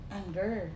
anger